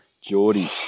Geordie